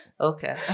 Okay